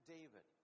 David